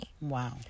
Wow